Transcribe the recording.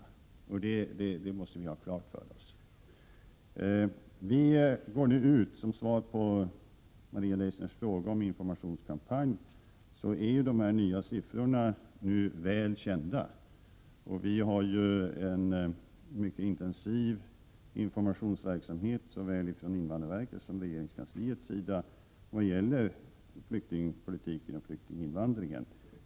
Detta måste vi ha klart för oss. Som svar på Maria Leissners fråga om informationskampanj, kan jag upplysa att de nya siffrorna nu är väl kända. Vi bedriver en mycket intensiv informationsverksamhet, såväl från invandrarverkets som från regeringens sida vad gäller flyktingpolitik och flyktinginvandring.